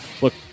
look